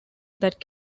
that